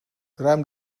ruim